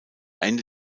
ende